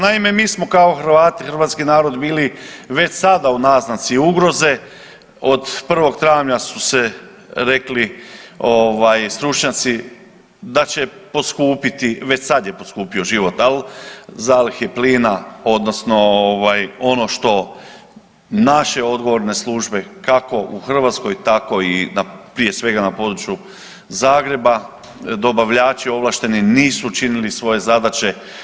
Naime, mi smo kao Hrvati, hrvatski narod bili već sada u naznaci ugroze, od 1. travnja su se rekli, ovaj, stručnjaci, da će poskupiti, već sad je poskupio život, al zalihe plina, odnosno ovaj ono što naše odgovorne službe, kako u Hrvatskoj, tako i prije svega na području Zagreba, dobavljači ovlašteni nisu učinili svoje zadaće.